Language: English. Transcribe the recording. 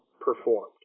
performed